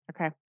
Okay